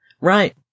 Right